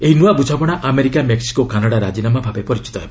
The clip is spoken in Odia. ଏହି ନୂଆ ବୁଝାମଣା ଆମେରିକା ମେକ୍ସିକୋ କାନାଡ଼ା ରାଜିନାମା ଭାବେ ପରିଚିତ ହେବ